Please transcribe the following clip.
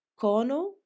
Cono